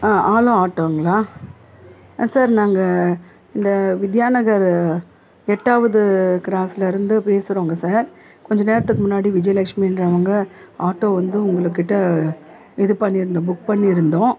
ஆ hello ஆட்டோங்களா ஆ sir நாங்கள் இந்த வித்யா நகர் எட்டாவது க்ராஸ்லருந்து பேசுகிறோங்க சார் கொஞ்ச நேரத்துக்கு முன்னாடி விஜயலக்ஷ்மின்றவங்க ஆட்டோ வந்து உங்கக்கிட்ட இது பண்ணியிருந்தோம் புக் பண்ணியிருந்தோம்